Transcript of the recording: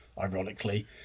ironically